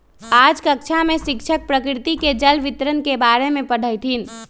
आज कक्षा में शिक्षक प्रकृति में जल वितरण के बारे में पढ़ईथीन